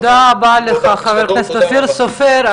תודה רבה לך, חבר הכנסת אופיר סופר.